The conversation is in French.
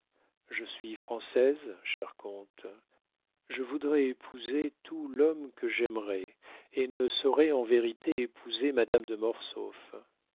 je suis française cher comte je voudrais épouser tout l'homme que j'aimerais et ne saurais en vérité épouser madame de